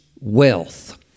wealth